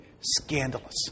scandalous